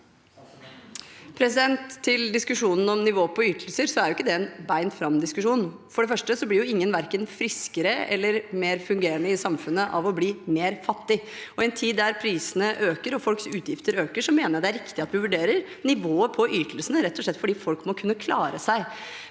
Til diskusjonen om nivået på ytelser: Det er ikke en bent-fram-diskusjon. For det første blir ingen verken friskere eller mer fungerende i samfunnet av å bli fattigere. I en tid da prisene øker og folks utgifter øker, mener jeg det er riktig at vi vurderer nivået på ytelsene, rett og slett fordi folk må kunne klare seg.